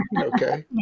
Okay